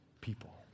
people